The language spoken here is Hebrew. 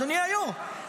אדוני היושב-ראש.